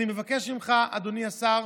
אני מבקש ממך, אדוני השר,